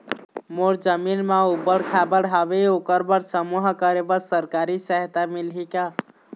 मोर जमीन म ऊबड़ खाबड़ हावे ओकर बर समूह करे बर सरकारी सहायता मिलही का?